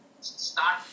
Start